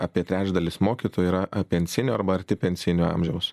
apie trečdalis mokytojų yra pensinio arba arti pensinio amžiaus